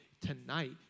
tonight